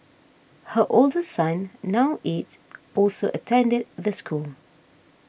her older son now eight also attended the school